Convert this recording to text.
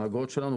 האגרות שלנו,